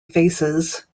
faces